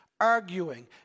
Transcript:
arguing